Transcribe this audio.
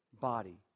body